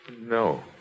No